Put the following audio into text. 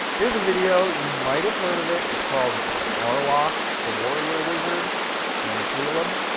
here's a video, you might have heard of it, it's called sparlock the warrior wizard and caleb.